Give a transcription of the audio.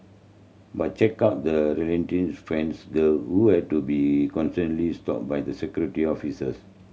but check out the relent friends girl who had to be constantly stopped by the Security Officers